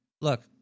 look